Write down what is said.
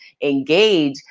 engage